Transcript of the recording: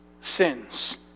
sins